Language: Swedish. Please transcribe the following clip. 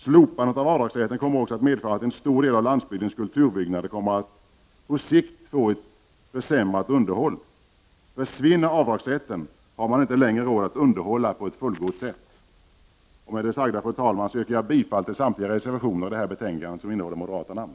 Slopandet av avdragsrätten kommer också att medföra att en stor del av landsbygdens kulturbyggnader på sikt får ett försämrat underhåll. Försvinner avdragsrätten har man inte längre råd att underhålla på ett fullgott sätt. Med det sagda, fru talman, yrkar jag bifall till samtliga reservationer i det här betänkandet som innehåller moderata namn.